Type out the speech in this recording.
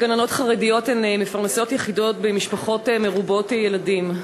גננות חרדיות הן מפרנסות יחידות במשפחות מרובות ילדים.